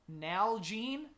Nalgene